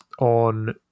on